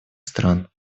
стран